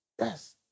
Yes